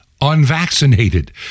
unvaccinated